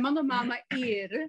mano mama ir